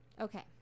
okay